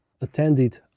attended